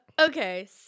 Okay